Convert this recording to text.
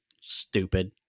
stupid